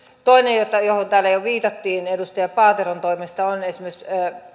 toinen johon täällä jo viitattiin edustaja paateron toimesta on esimerkiksi